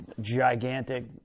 gigantic